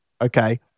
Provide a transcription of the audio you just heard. okay